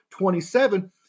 27